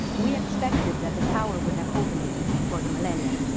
we expected that the tower would have opened again for the millennium.